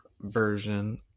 version